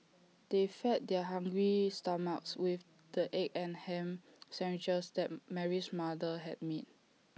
they fed their hungry stomachs with the egg and Ham Sandwiches that Mary's mother had made